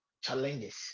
challenges